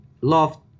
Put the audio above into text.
love